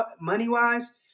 money-wise